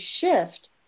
shift